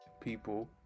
people